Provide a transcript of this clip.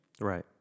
right